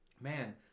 Man